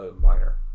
minor